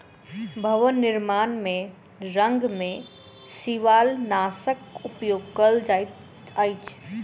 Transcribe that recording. भवन निर्माण में रंग में शिवालनाशक उपयोग कयल जाइत अछि